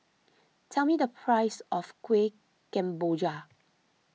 tell me the price of Kuih Kemboja